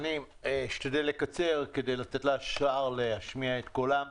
אשתדל לקצר כדי לתת לשאר האנשים להשמיע את קולם.